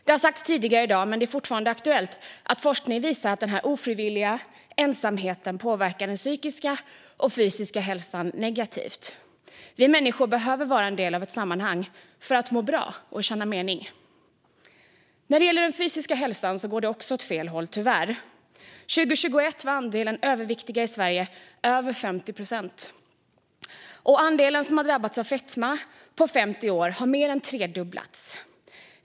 Det har sagts tidigare i dag, men det är fortfarande aktuellt: Forskning visar att den ofrivilliga ensamheten påverkar den psykiska och fysiska hälsan negativt. Vi människor behöver vara en del av ett sammanhang för att må bra och känna mening. När det gäller den fysiska hälsan går det tyvärr också åt fel håll. År 2021 var andelen överviktiga i Sverige över 50 procent, och andelen som har drabbats av fetma har mer än tredubblats på 50 år.